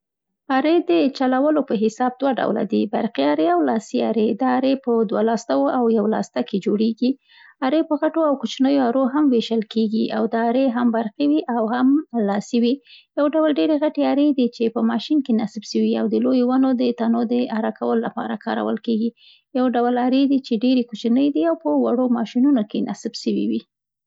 ارې د چلولو په حساب دوه ډوله دي، برقي ارې او لاسي ارې دا ارې په دو لاستو او یو لاسته کې جوړېږي. ارې په غټو او کوچینو ارو هم وېشل کېږي او دا ارې هم برقي وي او هم لاسي وي. یو ډول ډېرې غټې ارې دي چي په ماشین کې نصب سوي دي او د لویو ونو د تنو د اره کولو لپاره کارول کېږي. یو ډول ارې دي چي ډېرې کوچنۍ دي او په وړو ماشینونو کې نصب سوي دي.